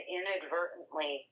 inadvertently